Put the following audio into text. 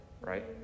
right